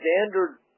standard